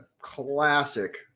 classic